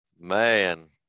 Man